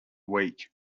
week